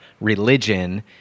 religion